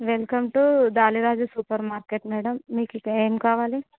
welcome to Daliraja supermarket madam మీకు ఇక ఏమి కావాలి